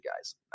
guys